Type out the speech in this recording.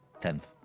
Tenth